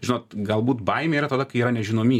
žinot galbūt baimė yra tada kai yra nežinomy